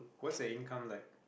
what's your income like